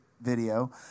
Video